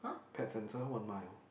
pet centre one mile